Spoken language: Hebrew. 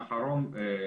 עוד פעם,